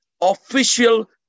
official